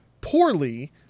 poorly